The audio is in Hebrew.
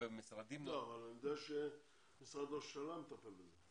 אני יודע שמשרד ראש הממשלה מטפל בזה.